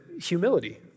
humility